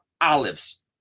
olives